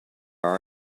there